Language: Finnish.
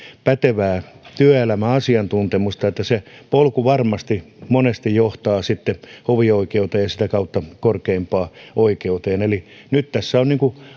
pätevää työelämäasiantuntemusta niin että se polku varmasti monesti johtaa sitten hovioikeuteen ja sitä kautta korkeimpaan oikeuteen eli nyt tässä on